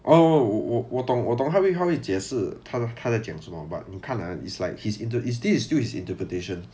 oh 我我懂我懂他会他会解释他的他在讲什么话你看 ah is like he's into you see is still his interpretation